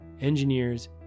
engineers